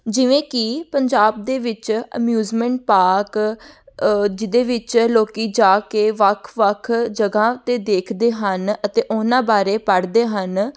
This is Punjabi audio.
ਜਿਵੇਂ ਕਿ ਪੰਜਾਬ ਦੇ ਵਿੱਚ ਅਮਿਊਜ਼ਮੈਂਟ ਪਾਰਕ ਅ ਜਿਹਦੇ ਵਿੱਚ ਲੋਕ ਜਾ ਕੇ ਵੱਖ ਵੱਖ ਜਗ੍ਹਾ 'ਤੇ ਦੇਖਦੇ ਹਨ ਅਤੇ ਉਨ੍ਹਾਂ ਬਾਰੇ ਪੜ੍ਹਦੇ ਹਨ